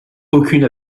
aucune